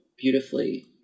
beautifully